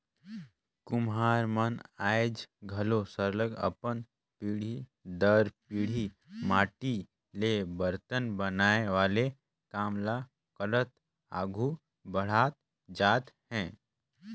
कुम्हार मन आएज घलो सरलग अपन पीढ़ी दर पीढ़ी माटी ले बरतन बनाए वाले काम ल करत आघु बढ़त जात हें